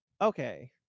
Okay